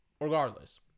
Regardless